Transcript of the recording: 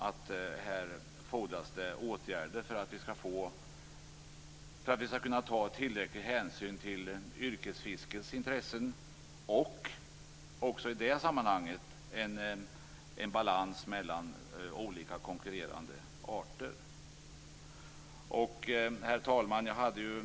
Det fordras åtgärder för att vi skall kunna ta tillräcklig hänsyn till yrkesfiskets intressen och för att även i det här sammanhanget åstadkomma en balans mellan olika konkurrerande arter. Herr talman!